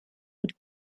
would